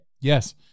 Yes